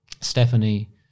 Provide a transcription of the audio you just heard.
Stephanie